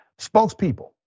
Spokespeople